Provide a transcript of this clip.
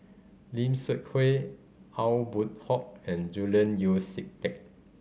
Lim Seok Hui Aw Boon Haw and Julian Yeo See Teck